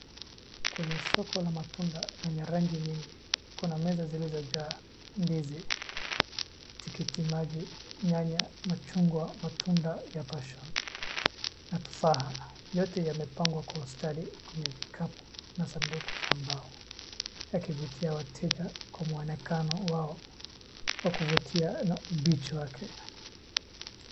Kwenye soko la matunda lenye rangi nyingi, kuna meza zilizojaza ndizi, tikiti maji, nyanya, machungwa, matunda ya passion na tufaha. Yote yamepangwa kwa ustadi kwenye vikapu na sanduku za mbao, yakivutia wateja kwa muonekano wao wa kuvutia na ubichi wake.